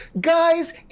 guys